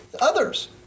others